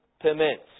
permits